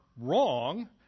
wrong